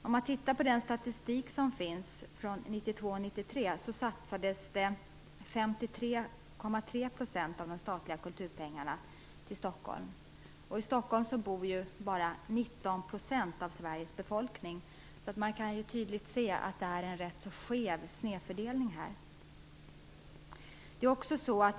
Statistiken från 1992-1993 visar att det då av de statliga kulturpengarna satsades 53,3 % på Stockholm där bara 19 % av Sveriges befolkning bor. Man kan tydligt se att det är fråga om en rätt så skev fördelning.